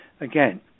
again